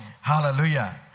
Hallelujah